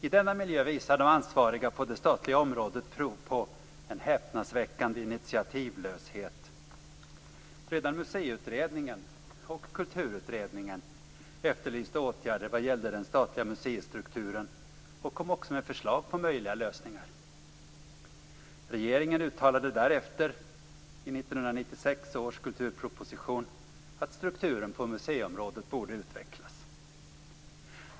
I denna miljö visar de ansvariga på det statliga området prov på en häpnadsväckande initiativlöshet. Redan Museiutredningen och Kulturutredningen efterlyste åtgärder vad gällde den statliga museistrukturen och kom också med förslag på möjliga lösningar. Regeringen uttalade därefter i 1996 års kulturproposition att strukturen på museiområdet borde utvecklas.